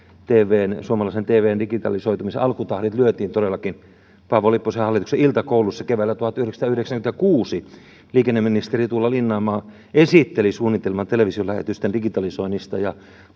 suomalaisen tvn digitalisoitumisen alkutahdit lyötiin todellakin paavo lipposen hallituksen iltakoulussa keväällä tuhatyhdeksänsataayhdeksänkymmentäkuusi liikenneministeri tuula linnainmaa esitteli suunnitelman televisiolähetysten digitalisoinnista ja